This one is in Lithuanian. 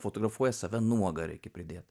fotografuoja save nuogą reikia pridėt